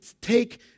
take